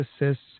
assists